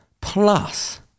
Plus